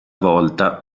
volta